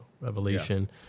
revelation